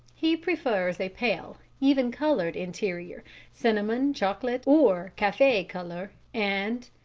he prefers a pale, even-coloured interior cinnamon, chocolate, or cafe-au-lait colour and.